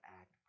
act